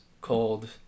called